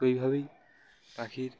ওইভাবেই পাখির